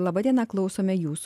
laba diena klausome jūsų